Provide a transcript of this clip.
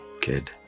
kid